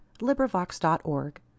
LibriVox.org